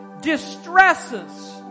distresses